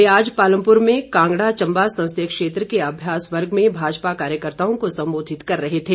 वे आज पालमपुर में कांगड़ा चंबा संसदीय क्षेत्र के अभ्यास वर्ग में भाजपा कार्यकर्ताओं को सम्बोधित कर रहे थे